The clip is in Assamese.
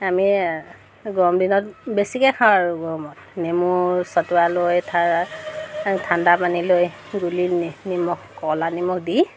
আমি গৰমদিনত বেছিকৈ খাওঁ আৰু গৰমত নেমু চটোৱা লৈ থাৰ ঠাণ্ডা পানী লৈ গুলি নিমখ কলা নিমখ দি